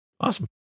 awesome